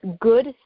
good